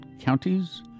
counties